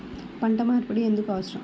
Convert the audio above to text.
పంట మార్పిడి ఎందుకు అవసరం?